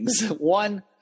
One